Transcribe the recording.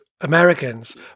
Americans